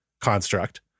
construct